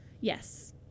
Yes